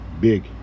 Big